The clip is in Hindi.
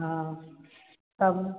हाँ तब